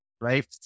right